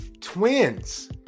twin's